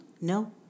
No